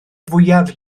fwyaf